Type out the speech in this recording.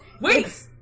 wait